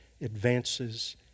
advances